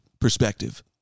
perspective